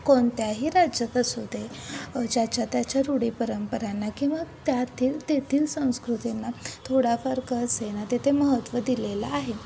कोणत्याही राज्यात असू दे ज्याच्या त्याच्या रूढी परंपरांना किंवा त्यातील तेथील संस्कृतींना थोडाफार कसं आहे ना तेथे महत्त्व दिलेलं आहे